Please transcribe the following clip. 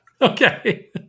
Okay